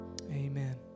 Amen